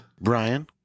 brian